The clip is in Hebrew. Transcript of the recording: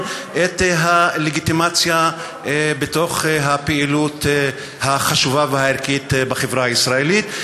את הלגיטימציה בתוך הפעילות החשובה והערכית בחברה הישראלית?